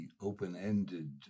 open-ended